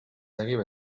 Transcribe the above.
arrivent